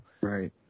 Right